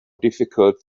difficult